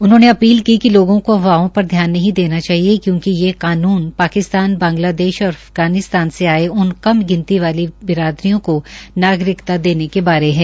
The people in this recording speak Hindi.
उन्होंने अपील कि लोगों को अफवाहों पर ध्यान नहीं देना चाहिए क्योकि ये कानून पाकिस्तान बांगलादेश और अफगनिस्तान इलाकें से आये उन कम गिनती वाली बिरादरीयों को नागरिकता देने के बारे है